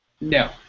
No